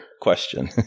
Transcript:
question